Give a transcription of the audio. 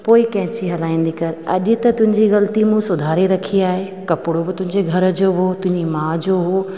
पोइ कैची हलाईंदी कर अॼ त तुंहिंजी ग़लिती मूं सुधारे रखी आहे कपिड़ो बि तुंहिंजे घर जो हुओ तुंहिंजी माउ जो हुओ